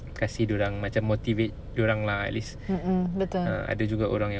mm mm betul